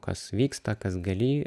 kas vyksta kas gali